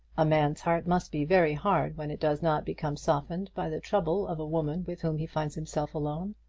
a man's heart must be very hard when it does not become softened by the trouble of a woman with whom he finds himself alone.